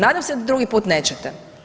Nadam se da drugi put nećete.